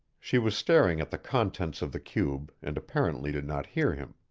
she was staring at the contents of the cube and apparently did not hear him.